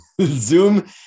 Zoom